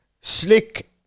Slick